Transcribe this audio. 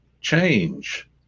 change